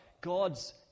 God's